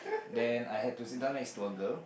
then I had to sit down next to a girl